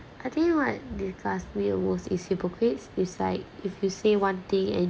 I think what disgust me the most is hypocrites besides if you say one thing and